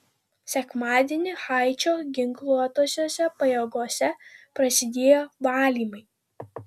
sekmadienį haičio ginkluotosiose pajėgose prasidėjo valymai